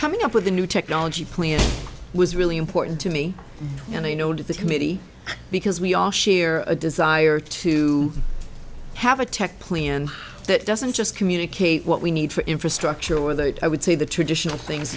coming up with a new technology plan was really important to me and i know to the committee because we all share a desire to have a tech plan that doesn't just communicate what we need for infrastructure or that i would say the traditional things